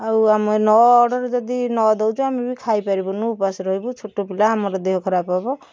ଆଉ ଆମେ ନ ଅର୍ଡର୍ ଯଦି ନ ଦେଉଛୁ ଆମେ ବି ଖାଇ ପାରିବୁନୁ ଉପାସ ରହିବୁ ଛୋଟ ପିଲା ଆମର ଦେହ ଖରାପ ହେବ